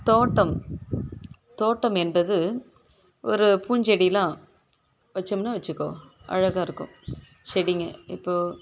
தோட்டம் தோட்டம் என்பது ஒரு பூஞ்செடி எல்லாம் வச்சோம்னா வச்சிக்கோ அழகாகருக்கும் செடிங்க இப்போ